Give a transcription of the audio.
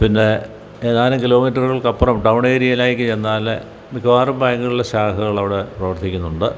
പിന്നെ ഏതാനും കിലോ മീറ്ററുകൾക്കപ്പുറം ടൗൺ ഏരിയയിലേക്കു ചെന്നാൽ മിക്കവാറും ബാങ്കുകളുടെ ശാഖകൾ അവിടെ പ്രവർത്തിക്കുന്നുണ്ട്